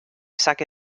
saque